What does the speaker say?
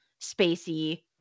spacey